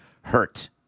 hurt